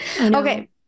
okay